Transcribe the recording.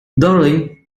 darling